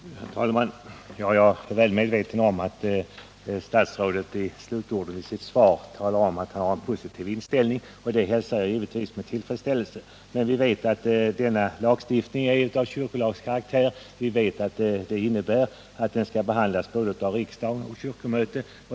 Herr talman! Ja, jag är väl medveten om att statsrådet i slutorden i sitt svar framhöll, att han har en positiv inställning, och det hälsar jag givetvis med tillfredsställelse. Men vi vet också att den lagstiftning det gäller har kyrkolags karaktär och alltså skall behandlas både av riksdagen och av kyrkomötet.